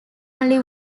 only